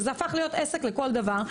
וזה הפך להיות עסק לכל דבר.